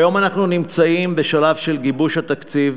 כיום אנחנו נמצאים בשלב של גיבוש התקציב,